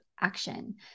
action